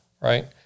right